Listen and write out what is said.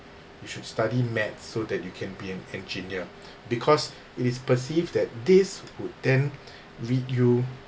you should study maths so that you can be an engineer because it is perceived that this would then lead you